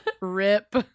Rip